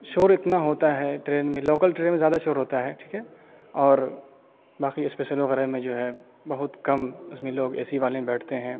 شور اتنا ہوتا ہے ٹرین میں لوکل ٹرین میں زیادہ شور ہوتا ہے ٹھیک ہے اور باقی اسپیشل وغیرہ میں جو ہے بہت کم اس میں لوگ اے سی والے بیٹھتے ہیں